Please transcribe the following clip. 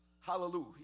Hallelujah